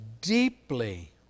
deeply